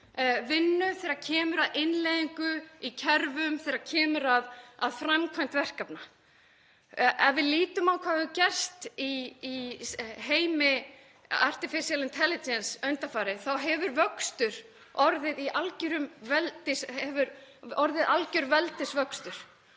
vinnu þegar kemur að innleiðingu á kerfum, þegar kemur að framkvæmd verkefna. Ef við lítum á hvað hefur gerst í heimi „artificial intelligence“ undanfarið hefur orðið alger veldisvöxtur.